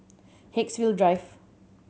Haigsville Drive